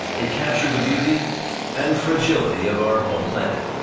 it captured the beauty and fragility of our home planet.